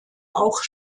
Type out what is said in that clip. auch